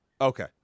Okay